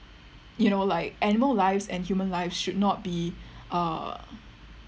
you know like animal lives and human lives should not be err